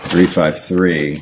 three five three